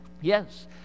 Yes